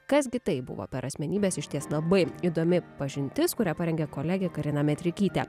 kas gi tai buvo per asmenybės išties labai įdomi pažintis kurią parengė kolegė karina metrikytė